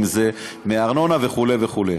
אם זה מארנונה וכו' וכו'.